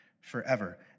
forever